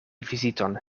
viziton